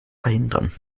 verhindern